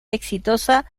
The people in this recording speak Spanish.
exitosa